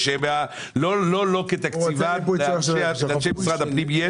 לו כתקציבן איטן אבל לאנשי משרד הפנים יש.